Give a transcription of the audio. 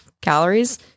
calories